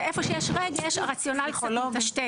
ואיפה שיש רגש הרציונלית קצת מטשטש.